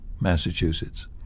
Massachusetts